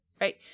right